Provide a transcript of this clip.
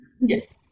yes